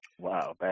Wow